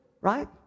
right